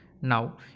now